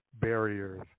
Barriers